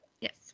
Yes